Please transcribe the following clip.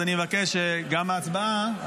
אני מבקש שגם ההצבעה,